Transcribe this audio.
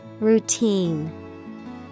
Routine